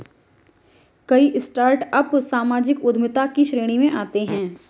कई स्टार्टअप सामाजिक उद्यमिता की श्रेणी में आते हैं